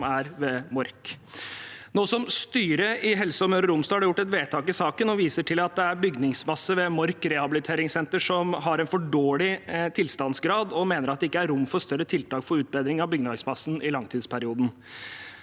som er ved Mork. Styret i Helse Møre og Romsdal har gjort et vedtak i saken og viser til at det er bygningsmasse ved Mork rehabiliteringssenter som har en for dårlig tilstandsgrad, og mener at det ikke er rom for større tiltak for utbedring av bygningsmassen i langtidsperioden.